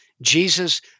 Jesus